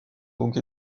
donc